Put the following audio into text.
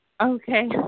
Okay